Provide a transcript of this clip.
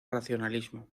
racionalismo